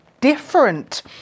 different